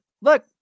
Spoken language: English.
look